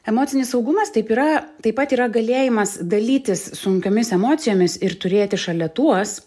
emocinis saugumas taip yra taip pat yra galėjimas dalytis sunkiomis emocijomis ir turėti šalia tuos